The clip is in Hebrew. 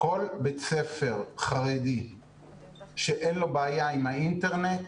כל בית ספר חרדי שאין לו בעיה עם האינטרנט,